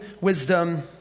wisdom